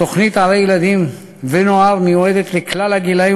התוכנית "ערי ילדים ונוער" מיועדת לכלל הגילים,